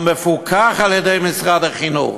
המפוקח על-ידי משרד החינוך,